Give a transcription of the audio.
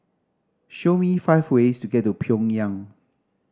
show me five ways to get to Pyongyang